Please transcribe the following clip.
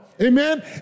Amen